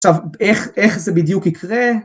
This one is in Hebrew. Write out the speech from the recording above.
עכשיו, איך זה בדיוק יקרה?